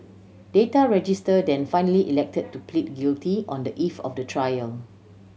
Data Register then finally elected to plead guilty on the eve of the trial